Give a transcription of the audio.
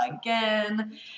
again